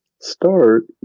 start